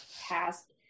past